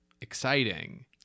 exciting